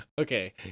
Okay